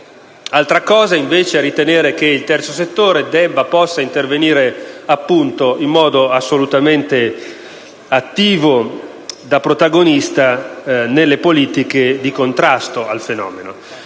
Altra cosa è invece ritenere che il terzo settore debba e possa intervenire in modo assolutamente attivo, da protagonista, nelle politiche di contrasto al fenomeno.